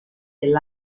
del